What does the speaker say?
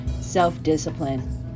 self-discipline